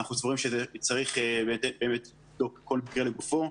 אנחנו סבורים שצריך לבדוק כל מקרה לגופו,